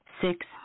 six